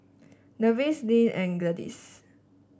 Nevin Lynne and Gladis